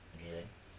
okay then